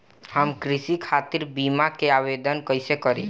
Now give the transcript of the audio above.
हम कृषि खातिर बीमा क आवेदन कइसे करि?